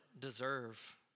deserve